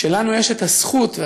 שלנו יש את הזכות,